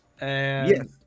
yes